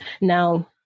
Now